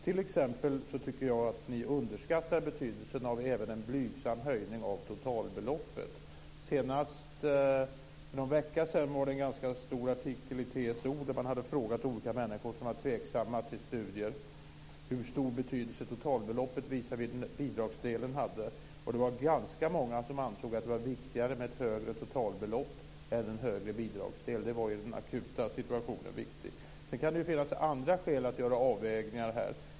Jag tycker t.ex. att ni underskattar betydelsen av även en blygsam höjning av totalbeloppet. Senast för någon vecka sedan var det en ganska stor artikel i TSO där man hade frågat olika människor som var tveksamma till studier hur stor betydelse totalbeloppet hade i jämförelse med bidragsbeloppet. Det var ganska många som ansåg att det var viktigare med ett högre totalbelopp än en högre bidragsdel. Det var viktigt i den akuta situationen. Sedan kan det finnas andra skäl att göra avvägningar.